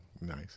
nice